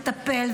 תטפל,